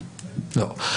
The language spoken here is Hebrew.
לא.